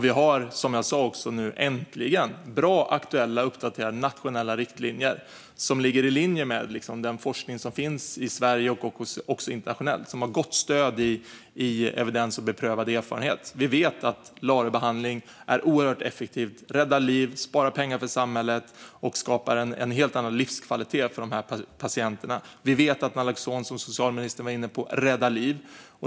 Vi har, som jag sa, nu äntligen bra, aktuella och uppdaterade nationella riktlinjer som ligger i linje med forskningen i Sverige och internationellt och som har gott stöd i evidens och beprövad erfarenhet. Vi vet att LARO-behandling är oerhört effektivt, räddar liv, sparar pengar för samhället och skapar en helt annan livskvalitet för patienterna. Vi vet att naloxon, som socialministern var inne på, räddar liv.